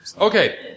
Okay